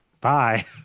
Bye